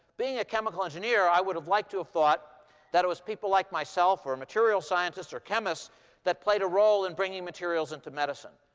being a chemical engineer, i would have liked to have thought that it was people like myself, or material scientists, or chemists that played a role in bringing materials into medicine.